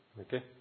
Okay